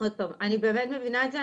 עוד פעם, אני באמת מבינה את זה.